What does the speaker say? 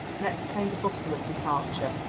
next came the bustle of departure.